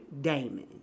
Damon